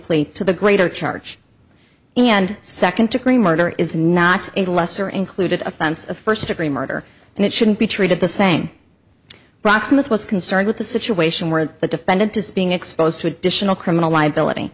plea to the greater charge and second degree murder is not a lesser included offense of first degree murder and it shouldn't be treated the same rocksmith was concerned with the situation where the defendant is being exposed to additional criminal liability